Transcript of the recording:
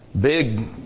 big